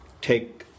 take